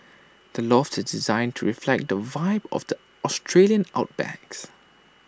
the loft is designed to reflect the vibe of the Australian outback's